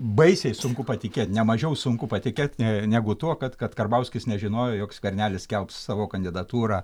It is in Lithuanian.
baisiai sunku patikėt ne mažiau sunku patikėt negu tuo kad kad karbauskis nežinojo jog skvernelis skelbs savo kandidatūrą